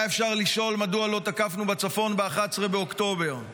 היה אפשר לשאול מדוע לא תקפנו בצפון ב-11 באוקטובר?